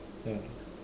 no no no